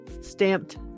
stamped